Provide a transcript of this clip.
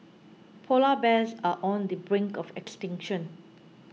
Polar Bears are on the brink of extinction